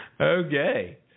Okay